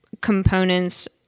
components